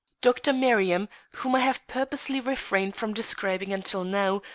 dr. merriam, whom i have purposely refrained from describing until now,